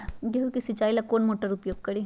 गेंहू के सिंचाई ला कौन मोटर उपयोग करी?